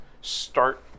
start